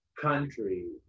country